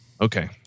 okay